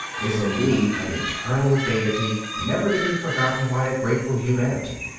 is, indeed, an eternal gaiety never to be forgotten by a grateful humanity.